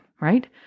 Right